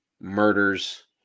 murders